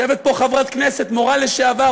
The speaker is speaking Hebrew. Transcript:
יושבת פה חברת כנסת מורה לשעבר,